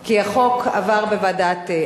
היו"ר אורלי לוי אבקסיס: כי החוק עבר בוועדת החינוך,